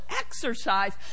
exercise